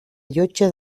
llotja